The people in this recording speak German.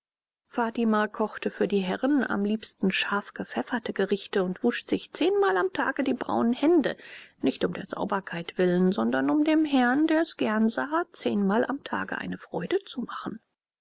fatima kochte für die herren am liebsten scharf gepfefferte gerichte und wusch sich zehnmal am tage die braunen hände nicht um der sauberkeit willen sondern um dem herrn der es gern sah zehnmal am tage eine freude zu machen